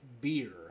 beer